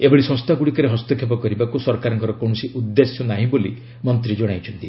ଏଭଳି ସଂସ୍ଥାଗୁଡ଼ିକରେ ହସ୍ତକ୍ଷେପ କରିବାକୁ ସରକାରଙ୍କ କୌଣସି ଉଦ୍ଦେଶ୍ୟ ନାହିଁ ବୋଲି ମନ୍ତ୍ରୀ ଜଣାଇଛନ୍ତି